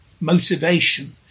motivation